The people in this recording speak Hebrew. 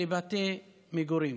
לבתי מגורים.